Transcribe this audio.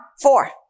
four